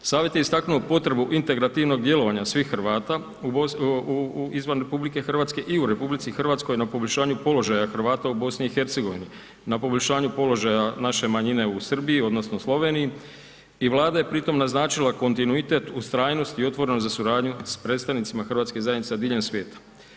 Savjet je istaknuo potrebu integrativnog djelovanja svih Hrvata izvan RH i u RH na poboljšanju položaja Hrvata u BiH, na poboljšanju položaja naše manjine u Srbiji, odnosno Sloveniji i Vlada je pritom naznačila kontinuitet ustrajnosti i otvorenost za suradnju s predstavnicima hrvatskih zajednica diljem svijeta.